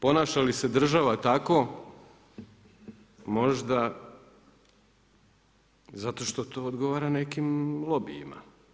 Ponaša li se država tako možda zato što to odgovara nekim lobijima?